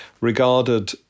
regarded